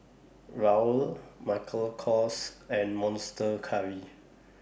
Raoul Michael Kors and Monster Curry